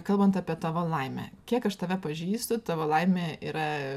kalbant apie tavo laimę kiek aš tave pažįstu tavo laimė yra